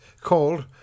called